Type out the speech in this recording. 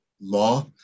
law